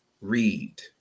read